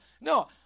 No